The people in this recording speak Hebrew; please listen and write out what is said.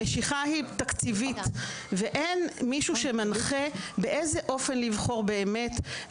המשיכה היא תקציבית ואין איזה מישהו שמנחה על האופן בו כדאי לבחור באמת.